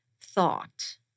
thought